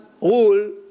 rule